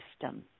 system